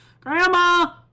Grandma